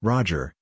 Roger